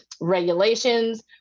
regulations